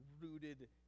rooted